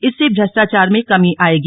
इससे भ्रष्टाचार में कमी आएगी